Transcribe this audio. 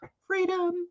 freedom